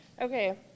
Okay